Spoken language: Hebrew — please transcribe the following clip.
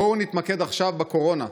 בואו נתמקד עכשיו בקורונה.